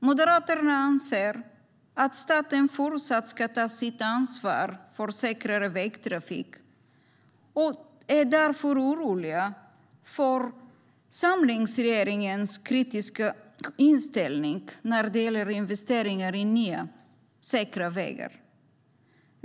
Moderaterna anser att staten fortsatt ska ta sitt ansvar för säkrare vägtrafik och är därför oroliga över samlingsregeringens kritiska inställning när det gäller investeringar i nya, säkra vägar.